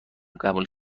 قبول